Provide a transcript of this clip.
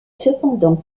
cependant